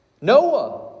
Noah